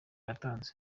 yatanze